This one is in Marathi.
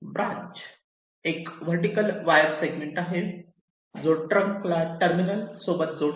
ब्रांच एक वर्टीकल वायर सेगमेंट आहे जो ट्रंकला टर्मिनल जोडते